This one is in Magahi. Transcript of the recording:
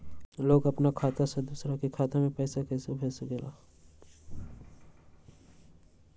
लोग अपन खाता से दोसर के खाता में पैसा कइसे भेज सकेला?